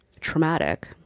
traumatic